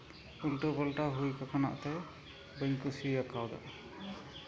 ᱩᱞᱴᱟᱹ ᱯᱟᱞᱴᱟ ᱦᱩᱭ ᱠᱟᱠᱱᱟᱜ ᱛᱮ ᱵᱟᱹᱧ ᱠᱩᱥᱤᱭᱟᱠᱟᱣᱫᱟ